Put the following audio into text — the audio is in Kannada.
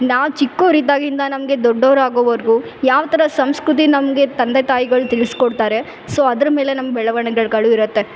ನಾವು ಚಿಕ್ಕವರಿದ್ದಾಗಿಂದ ನಮಗೆ ದೊಡ್ಡವರಾಗೋವರ್ಗು ಯಾವ ಥರ ಸಂಸ್ಕೃತಿ ನಮಗೆ ತಂದೆ ತಾಯಿಗಳು ತಿಳಿಸಿಕೊಡ್ತಾರೆ ಸೊ ಅದ್ರ ಮೇಲೆ ನಮ್ಮ ಬೆಳವಣಿಗೆಗಳು ಇರುತ್ತೆ